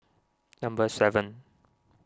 number seven